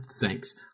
Thanks